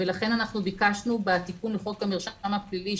ולכן ביקשנו בתיקון לחוק המרשם הפלילי,